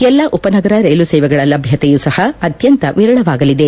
ಎಲ್ಲ ಉಪನಗರ ರೈಲು ಸೇವೆಗಳ ಲಭ್ಯತೆಯೂ ಸಪ ಅತ್ಯಂತ ವಿರಳವಾಗಲಿದೆ